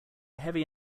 heavy